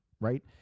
right